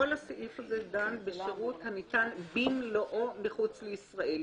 כל הסעיף הזה דן בשירות הניתן במלואו מחוץ לישראל.